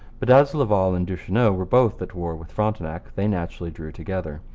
but as laval and duchesneau were both at war with frontenac they naturally drew together.